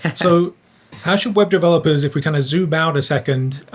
and so how should web developers if we kind of zoom out a second